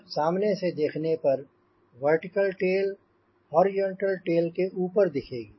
तब सामने से देखने पर वर्टिकल टेल हॉरिजॉन्टल टेल के ऊपर दिखेगी